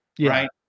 right